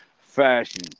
fashion